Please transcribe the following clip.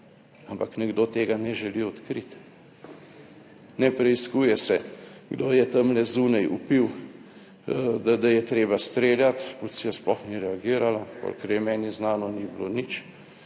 ampak nekdo tega ne želi odkriti. Ne preiskuje se kdo je tamle zunaj vpil, da je treba streljati, policija sploh ni reagirala, kolikor je meni znano, ni bilo nič,